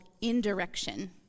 indirection